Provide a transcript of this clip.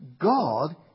God